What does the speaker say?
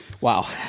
Wow